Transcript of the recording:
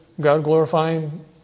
God-glorifying